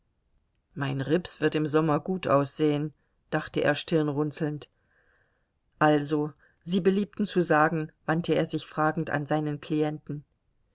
mein rips wird im sommer gut aussehen dachte er stirnrunzelnd also sie beliebten zu sagen wandte er sich fragend an seinen klienten